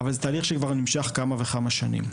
אבל זה תהליך שנמשך כבר כמה וכמה שנים.